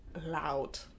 loud